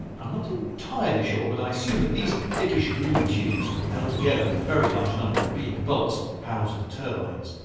i'm not entirely sure, but i assume that these thickish green tubes held together with a very large number of big bolts housed the turbines.